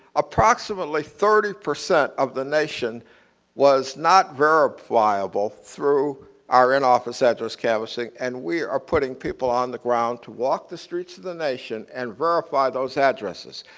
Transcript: approximately thirty percent of the nation was not verifiable through our in-office address canvassing, and we are putting people on the ground to walk the streets to the nation and verify those addresses.